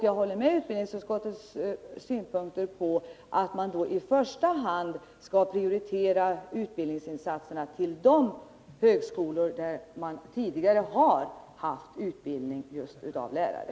Jag håller med om utbildningsutskottets synpunkter på att man i första hand skall prioritera utbildningsinsatserna till de högskolor som tidigare haft utbildning av lärare.